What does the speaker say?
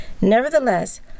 Nevertheless